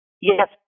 yes